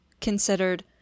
considered